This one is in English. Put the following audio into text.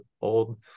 old